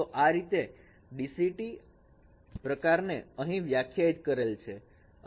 તો આ રીતે DCT પ્રકારને અહીં વ્યાખ્યાયિત કરેલ છે